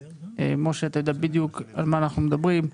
משה, אתה יודע בדיוק על מה אנחנו מדברים.